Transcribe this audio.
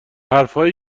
حرفهایی